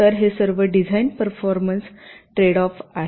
तर हे सर्व डिझाइन परफॉर्मन्स ट्रेडऑफ आहेत